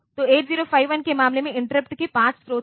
तो 8051 के मामले में इंटरप्ट के 5 स्रोत हैं